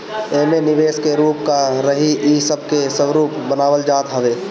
एमे निवेश के रूप का रही इ सब के स्वरूप बनावल जात हवे